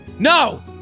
No